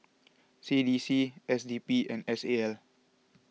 C D C S D P and S A L